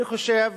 אני חושב